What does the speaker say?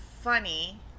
funny